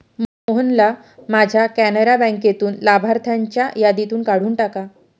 मोहनना माझ्या कॅनरा बँकेतून लाभार्थ्यांच्या यादीतून काढून टाका